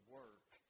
work